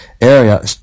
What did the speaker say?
area